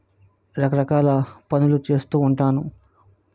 రకరకాల పనులు చేస్తూ ఉంటాను